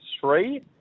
three